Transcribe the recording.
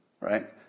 right